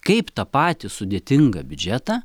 kaip tą patį sudėtingą biudžetą